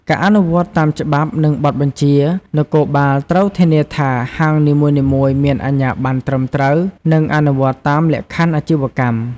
ការអនុវត្តតាមច្បាប់ និងបទបញ្ជា នគរបាលត្រូវធានាថា ហាងនីមួយៗមានអាជ្ញាបណ្ណត្រឹមត្រូវ និងអនុវត្តតាមលក្ខខណ្ឌអាជីវកម្ម។